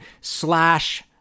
slash